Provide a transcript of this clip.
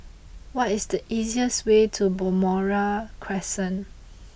what is the easiest way to Balmoral Crescent